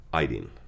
IDIN